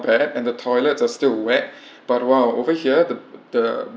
bad and the toilets are still wet but !wow! over here the the